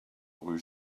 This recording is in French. rue